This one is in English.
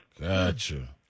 Gotcha